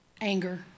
anger